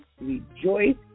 rejoice